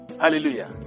Hallelujah